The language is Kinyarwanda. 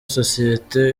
sosiyete